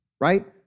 right